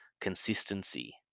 consistency